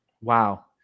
Wow